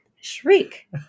shriek